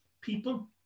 people